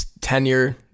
tenure